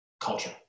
culture